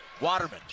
Waterman